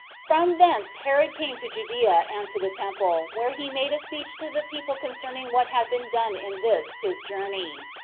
from thence herod came to judea and to the temple, where he made a speech to the people concerning what had been done in this his journey.